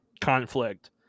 conflict